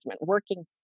Working